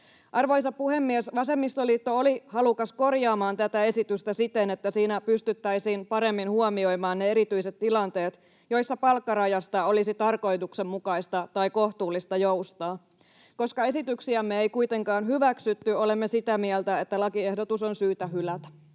Arvoisa puhemies! Vasemmistoliitto oli halukas korjaamaan tätä esitystä siten, että siinä pystyttäisiin paremmin huomioimaan ne erityiset tilanteet, joissa palkkarajasta olisi tarkoituksenmukaista tai kohtuullista joustaa. Koska esityksiämme ei kuitenkaan hyväksytty, olemme sitä mieltä, että lakiehdotus on syytä hylätä.